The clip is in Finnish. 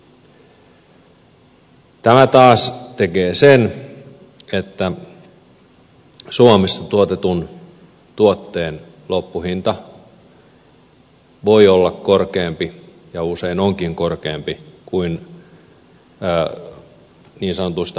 tämä taas tekee sen että suomessa tuotetun tuotteen loppuhinta voi olla korkeampi ja usein onkin korkeampi kuin niin sanotuissa halpatuotantomaissa tehtynä